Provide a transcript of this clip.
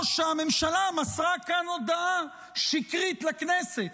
או שהממשלה מסרה הודעה שקרית לכנסת.